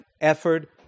effort